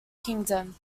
kingdom